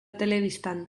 telebistan